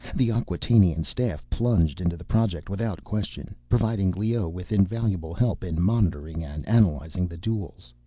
the acquatainian staff plunged into the project without question, providing leoh with invaluable help in monitoring and analyzing the duels.